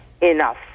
enough